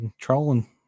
trolling